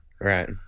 Right